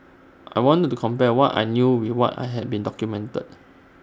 I wanted to compare what I knew with what I had been documented